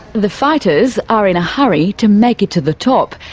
the fighters are in a hurry to make it to the top,